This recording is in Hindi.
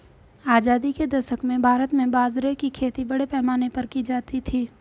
आजादी के दशक में भारत में बाजरे की खेती बड़े पैमाने पर की जाती थी